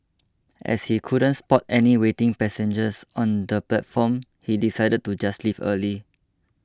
as he couldn't spot any waiting passengers on the platform he decided to just leave early